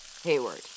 Hayward